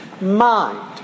mind